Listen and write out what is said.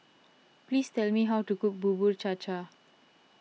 please tell me how to cook Bubur Cha Cha